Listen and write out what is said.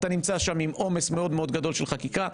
אתה נמצא שם עם עומס מאוד מאוד גדול של חקיקה.